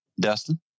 Dustin